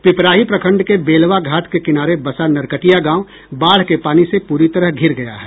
पिपराही प्रखंड के बेलवा घाट के किनारे बसा नरकटिया गांव बाढ़ के पानी से पूरी तरह घिर गया है